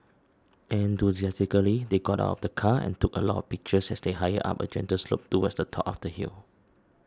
enthusiastically they got out of the car and took a lot of pictures as they hiked up a gentle slope towards the top of the hill